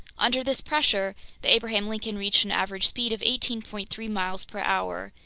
under this pressure the abraham lincoln reached an average speed of eighteen point three miles per hour,